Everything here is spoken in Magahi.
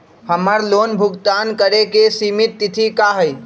हमर लोन भुगतान करे के सिमित तिथि का हई?